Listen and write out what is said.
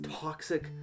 toxic